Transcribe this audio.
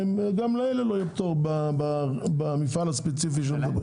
גם לאלה לא יהיה פטור במפעל הספציפי שמדברים עליו.